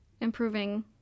improving